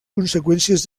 conseqüències